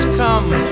come